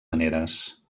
maneres